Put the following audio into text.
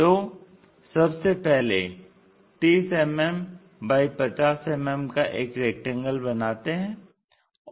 तो सबसे पहले 30 mm x 50 mm का एक रेक्टेंगल बनाते हैं